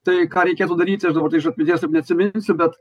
tai ką reikėtų daryti ir dabar tai iš atminties taip neatsiminsiu bet